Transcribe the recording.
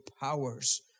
powers